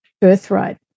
Birthright